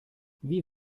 wie